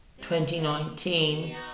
2019